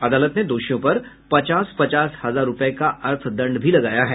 अदालत ने दोषियों पर पचास पचास हजार रुपये का अर्थदंड भी लगाया है